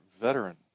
veteran